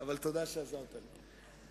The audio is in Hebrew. אבל תודה שעזרת לי.